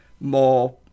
more